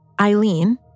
Eileen